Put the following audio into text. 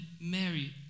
Mary